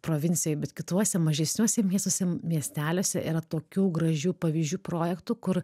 provincijoj bet kituose mažesniuose miestuose miesteliuose yra tokių gražių pavyzdžių projektų kur